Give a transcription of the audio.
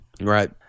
Right